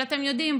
אבל אתם יודעים,